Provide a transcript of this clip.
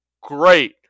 great